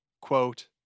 quote